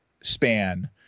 span